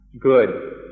good